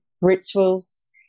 rituals